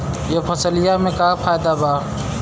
यह फसलिया में का फायदा बा?